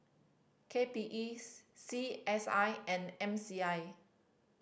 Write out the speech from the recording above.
K P E C S I and M C I